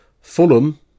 Fulham